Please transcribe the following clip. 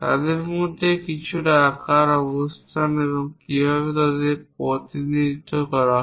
তাদের মধ্যে কিছু আকার অবস্থান কীভাবে তাদের প্রতিনিধিত্ব করতে হয়